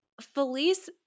Felice